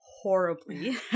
horribly